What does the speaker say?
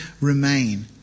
remain